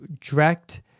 direct